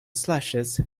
slashes